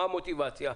מה המוטיבציה?